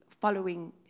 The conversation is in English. following